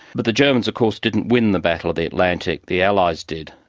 but the germans of course didn't win the battle of the atlantic, the allies did.